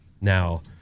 Now